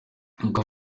uko